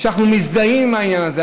שאנחנו מזדהים עם העניין הזה.